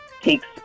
takes